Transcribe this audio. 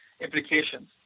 implications